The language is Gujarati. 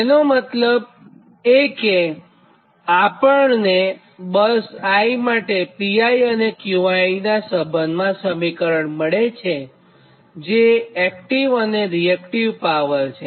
તેનો મતલબ કે આપણને બસ i માટે Pi અને Qi નાં સંબંધમાં સમીકરણ મળે છેજે એક્ટીવ અને રીએક્ટીવ પાવર છે